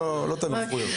לא תמיד.